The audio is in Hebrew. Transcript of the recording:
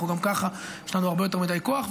גם ככה יש לנו הרבה יותר מדי כוח.